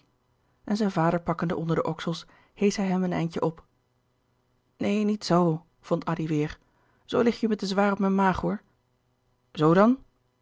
en zijn vader pakkende onder de oksels heesch hij hem een eindje op neen niet zoo vond addy weêr zoo lig je me te zwaar op mijn maag hoor zoo dan